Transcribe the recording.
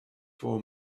for